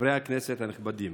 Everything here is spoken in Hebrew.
חברי הכנסת הנכבדים,